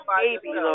baby